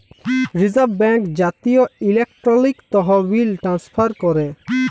reserve bank জাতীয় electronic তহবিল transfer ক্যরে